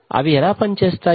అవి అలా పని చేస్తాయి